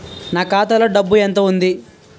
నా ఖాతాలో డబ్బు ఎంత ఉంది?